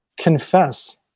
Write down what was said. confess